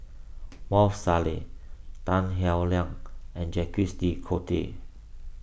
Maarof Salleh Tan Howe Liang and Jacques De Coutre